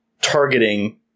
targeting